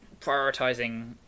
prioritizing